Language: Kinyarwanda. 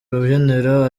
rubyiniro